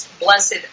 Blessed